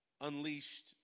unleashed